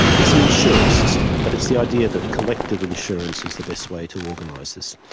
it's an insurance system, but it's the idea that collective insurance is the best way to organise this.